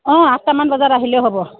অ' আঠটামান বজাত আহিলেই হ'ব